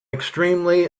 extremely